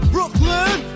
Brooklyn